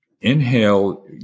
inhale